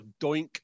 doink